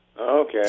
Okay